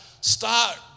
Start